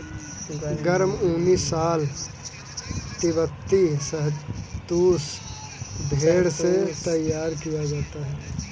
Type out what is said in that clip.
गर्म ऊनी शॉल तिब्बती शहतूश भेड़ से तैयार किया जाता है